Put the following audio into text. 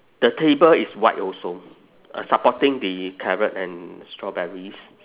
the table is white also supporting the carrot and strawberries